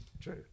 True